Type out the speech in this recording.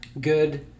good